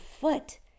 foot